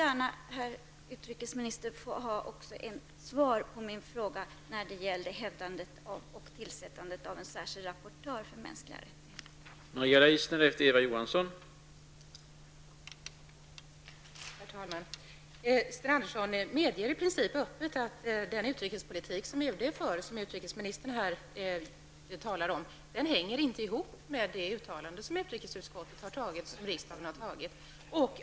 Herr utrikesminister, jag skulle mycket gärna vilja ha svar på min fråga om en särskild rapportör för de mänskliga rättigheterna.